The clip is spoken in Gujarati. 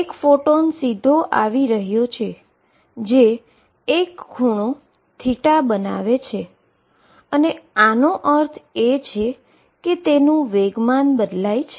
એક ફોટોન સીધો આવી રહ્યો છે જે એક એંન્ગલ બનાવે છે અને આનો અર્થ એ કે તેનુ મોમેન્ટમ બદલાય છે